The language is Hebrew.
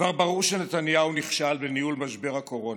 כבר ברור שנתניהו נכשל בניהול משבר הקורונה,